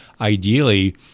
ideally